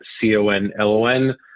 C-O-N-L-O-N